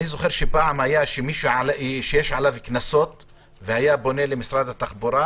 אני ניסיתי בפגישות מקדמיות שעשיתי גם עם משרד התחבורה